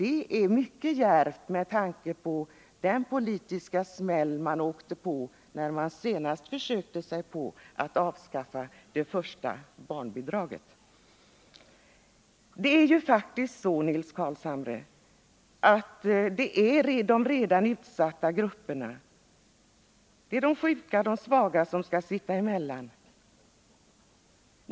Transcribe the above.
Det är mycket djärvt med tanke på den politiska smäll man åkte på när man senast framlade det förslaget. ; Det blir faktiskt, Nils Carlshamre, de redan utsatta grupperna, de sjuka och svaga, som får sitta emellan.